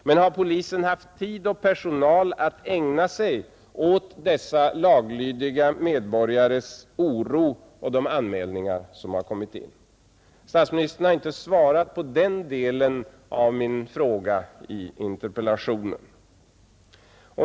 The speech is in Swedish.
Men har polisen haft tid och personal att ägna sig åt dessa laglydiga invandrares oro och de anmälningar som har kommit in? Statsministern har inte svarat på den delen av min fråga i interpellationen.